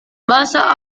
bahasa